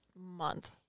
month